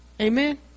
Amen